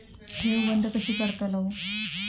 ठेव बंद कशी करतलव?